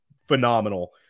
phenomenal